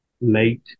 late